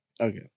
Okay